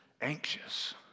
anxious